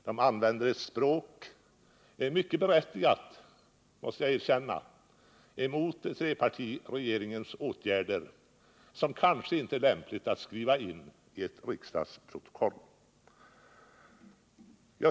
De använder ett språk — mycket berättigat, måste jag erkänna — mot trepartiregeringens åtgärder, vilket kanske inte är lämpligt att skriva in i ett riksdagsprotokoll.